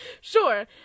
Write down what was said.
sure